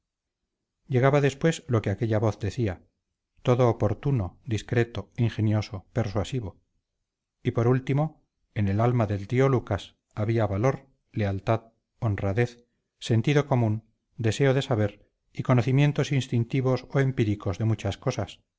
llegaba después lo que aquella voz decía todo oportuno discreto ingenioso persuasivo y por último en el alma del tío lucas había valor lealtad honradez sentido común deseo de saber y conocimientos instintivos o empíricos de muchas cosas